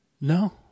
no